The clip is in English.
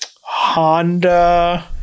Honda